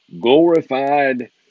glorified